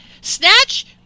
Snatch